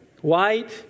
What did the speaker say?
white